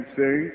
say